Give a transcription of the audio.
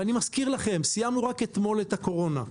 ואני מזכיר לכם, סיימנו רק אתמול את הקורונה,